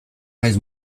naiz